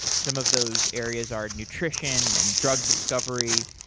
some of those areas are nutrition, and drug discovery,